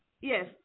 Yes